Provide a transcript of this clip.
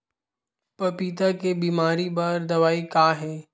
पपीता के बीमारी बर दवाई का हे?